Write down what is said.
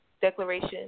Declaration